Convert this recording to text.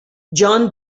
john